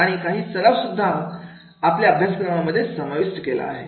आणि काही सराव सुद्धा आपल्या अभ्यासक्रमामध्ये समाविष्ट केला आहे